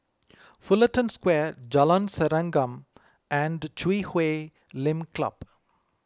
Fullerton Square Jalan Serengam and Chui Huay Lim Club